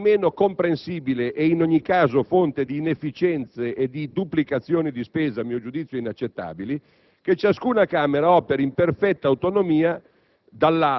è assai meno comprensibile - e in ogni caso fonte di inefficienze e di duplicazioni di spesa, a mio giudizio inaccettabili - che ciascuna Camera operi in perfetta autonomia